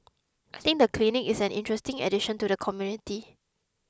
I think the clinic is an interesting addition to the community